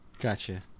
Gotcha